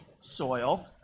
soil